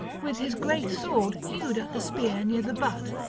with his great sword hewed at the spear near the butt,